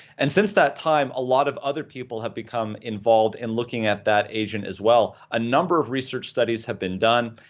and since that time a lot of other people have become involved in looking at that agent, as well a number of research studies have been done,